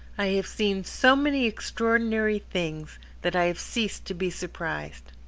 i have seen so many extraordinary things that i have ceased to be surprised.